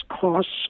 costs